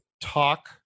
talk